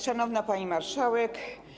Szanowna Pani Marszałek!